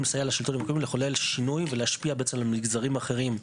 לסייע לשלטון המקומי לחולל שינוי ולהשפיע על מגזרים אחרים,